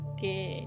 Okay